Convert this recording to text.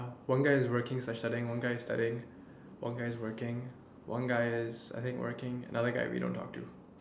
one guy is working one guy I studying one guy is working one guy is I think working and the other guy we don't talk to